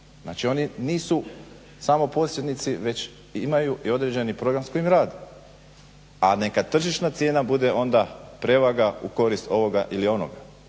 znači oni nisu samo posjednici već i imaju određeni program s kojim rade, a neka tržišna cijena bude onda prevaga u korist ovoga ili onoga.